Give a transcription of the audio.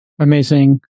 amazing